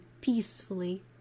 peacefully